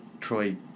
Troy